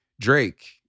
Drake